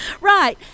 Right